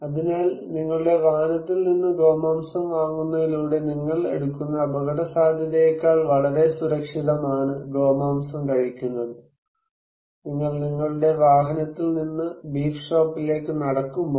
അതിനാൽ നിങ്ങളുടെ വാഹനത്തിൽ നിന്ന് ഗോമാംസം വാങ്ങുന്നതിലൂടെ നിങ്ങൾ എടുക്കുന്ന അപകടസാധ്യതയേക്കാൾ വളരെ സുരക്ഷിതമാണ് ഗോമാംസം കഴിക്കുന്നത് നിങ്ങൾ നിങ്ങളുടെ വാഹനത്തിൽ നിന്ന് ബീഫ് ഷോപ്പിലേക്ക് നടക്കുമ്പോൾ